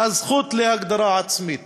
הזכות להגדרה עצמית.